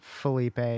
Felipe